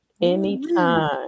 Anytime